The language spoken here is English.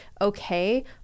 okay